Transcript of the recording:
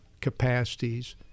capacities